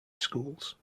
schools